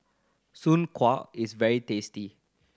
Soon Kuih is very tasty